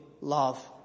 love